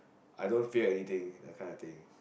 I don't feel anything that kind of thing